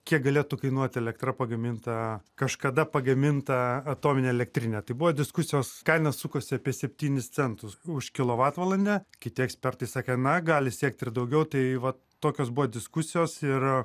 kiek galėtų kainuot elektra pagaminta kažkada pagaminta atominė elektrinė tai buvo diskusijos kaina sukasi apie septynis centus už kilovatvalandę kiti ekspertai sakė na gali siekt ir daugiau tai va tokios buvo diskusijos ir